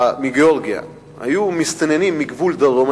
אם אנשי הקבוצה הזאת מגאורגיה היו מסתננים מגבול הדרום,